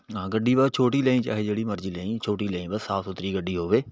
ਹਾਂ ਗੱਡੀ ਵਾ ਛੋਟੀ ਲੈ ਆਂਈ ਚਾਹੇ ਜਿਹੜੀ ਮਰਜ਼ੀ ਲੈ ਆਂਈ ਛੋਟੀ ਲੈ ਆਂਈ ਬਸ ਸਾਫ਼ ਸੁਥਰੀ ਗੱਡੀ ਹੋਵੇ